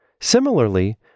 Similarly